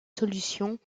solutions